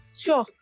sure